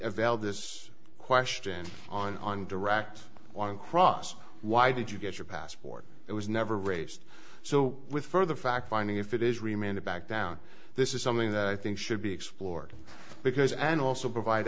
yvel this question on on direct on cross why did you get your passport it was never raised so with further fact finding if it is remain a backdown this is something that i think should be explored because and also provide